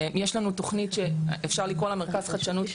יש לנו תוכנית שאפשר לקרוא לה מרכז חדשנות,